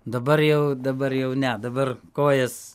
dabar jau dabar jau ne dabar kojas